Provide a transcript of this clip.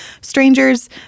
Strangers